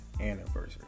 anniversary